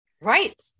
right